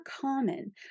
common